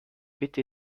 bitte